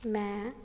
ਮੈਂ